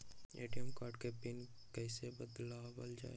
ATM card के PIN कैसे बनावल जाला?